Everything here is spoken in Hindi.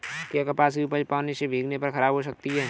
क्या कपास की उपज पानी से भीगने पर खराब हो सकती है?